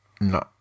No